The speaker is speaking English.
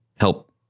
help